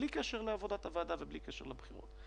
בלי קשר לעבודת הוועדה ובלי קשר לבחירות.